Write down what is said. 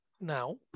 now